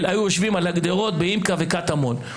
היו יושבים על הגדרות בימק"א ובקטמון.